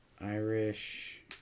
Irish